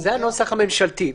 זה הנוסח הממשלתי.